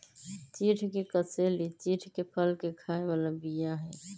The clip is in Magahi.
चिढ़ के कसेली चिढ़के फल के खाय बला बीया हई